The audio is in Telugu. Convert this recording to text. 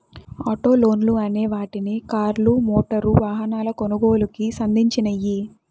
ఆటో లోన్లు అనే వాటిని కార్లు, మోటారు వాహనాల కొనుగోలుకి సంధించినియ్యి